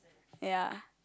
ya